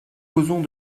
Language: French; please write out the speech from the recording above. causons